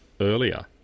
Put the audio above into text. earlier